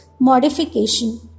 modification